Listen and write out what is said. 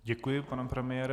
Děkuji, pane premiére.